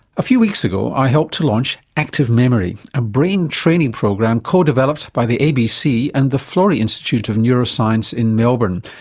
a few weeks ago i helped to launch active memory, a brain training program codeveloped by the abc and the florey institute of neuroscience in melbourne,